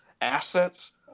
assets